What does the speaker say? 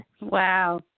Wow